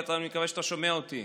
אבי, אני מקווה שאתה שומע אותי.